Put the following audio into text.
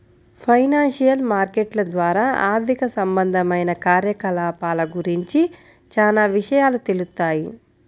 financial మార్కెట్ల ద్వారా ఆర్థిక సంబంధమైన కార్యకలాపాల గురించి చానా విషయాలు తెలుత్తాయి